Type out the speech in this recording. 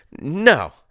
no